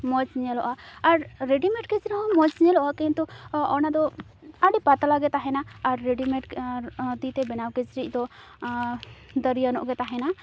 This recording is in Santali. ᱢᱚᱡᱽ ᱧᱮᱞᱚᱜᱼᱟ ᱟᱨ ᱨᱮᱰᱤᱢᱮᱰ ᱠᱤᱪᱨᱤᱡᱽᱦᱚᱸ ᱢᱚᱡᱽ ᱧᱮᱞᱚᱜᱼᱟ ᱠᱤᱱᱛᱩ ᱚᱱᱟᱫᱚ ᱟᱹᱰᱤ ᱯᱟᱛᱞᱟᱜᱮ ᱛᱟᱦᱮᱱᱟ ᱟᱨ ᱨᱮᱰᱤᱢᱮᱰ ᱛᱤᱛᱮ ᱵᱮᱱᱟᱣ ᱠᱤᱪᱨᱤᱡᱽᱫᱚ ᱫᱟᱹᱨᱭᱟᱹᱧᱚᱜ ᱜᱮ ᱛᱟᱦᱮᱱᱟ